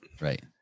Right